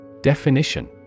Definition